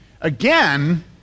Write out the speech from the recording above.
Again